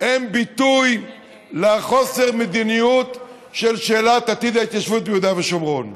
הם ביטוי לחוסר מדיניות בשאלת עתיד התיישבות ביהודה ושומרון.